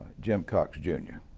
jim cox jr,